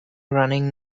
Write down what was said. running